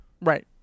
right